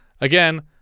Again